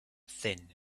thin